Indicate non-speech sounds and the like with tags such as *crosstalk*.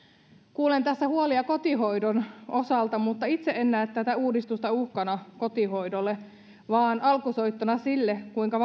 kuulen tässä huolia kotihoidon osalta mutta itse en näe tätä uudistusta uhkana kotihoidolle vaan alkusoittona sille kuinka *unintelligible*